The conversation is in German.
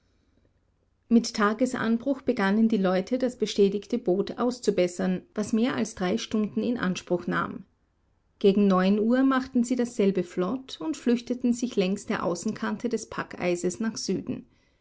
mit tagesanbruch begannen die leute das beschädigte boot auszubessern was mehr als drei stunden in anspruch nahm gegen neun uhr machten sie dasselbe flott und flüchteten sich längs der außenkante des packeises nach süden